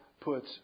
puts